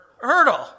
hurdle